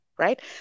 Right